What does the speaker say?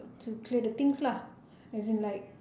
to clear the things lah as in like